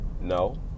no